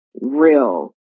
real